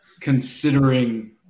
considering